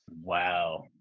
wow